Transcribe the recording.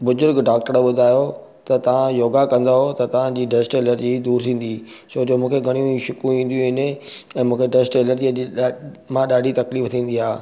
बुज़ुर्ग डॉक्टर ॿुधायो त तव्हां योगा कंदवि त तव्हां जी डस्ट एलर्जी दूरि थींदी छो जो मूंखे घणीयूं ई छीकू ईंदियूं आहिनि ऐं मूंखे डस्ट एलर्जी मां ॾाढी तकलीफ़ थींदी आहे